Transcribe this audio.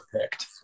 picked